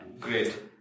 great